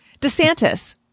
DeSantis